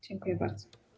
Dziękuję bardzo.